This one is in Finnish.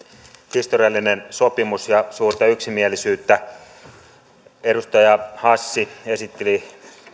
historiallinen sopimus ja suurta yksimielisyyttä edustaja hassi esitteli